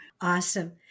Awesome